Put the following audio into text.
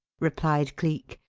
replied cleek,